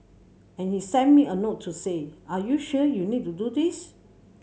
and he sent me a note to say are you sure you need to do this